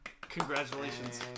Congratulations